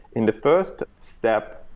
in the first step,